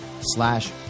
slash